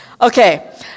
Okay